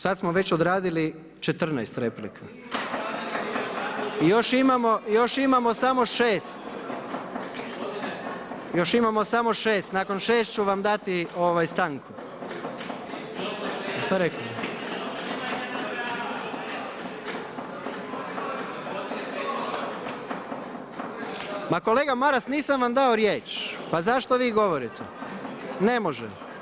Sada smo već odradili 14 replika i još imamo samo 6., još imamo samo 6. Nakon 6 ću vam dati stanku. … [[Upadica se ne čuje.]] [[Neuključeni govornici govore u glas, ne razumije se.]] Ma kolega Maras, nisam vam dao riječ, pa zašto vi govorite? … [[Upadica se ne čuje.]] Ne može.